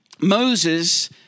Moses